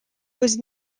was